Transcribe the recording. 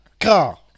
Car